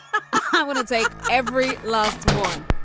i want to take every last one.